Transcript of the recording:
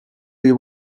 you